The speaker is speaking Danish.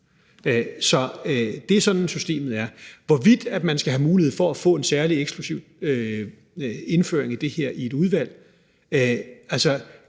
Så det er sådan, systemet er. Hvorvidt man skal have mulighed for at få en særlig eksklusiv indføring i det her i et udvalg,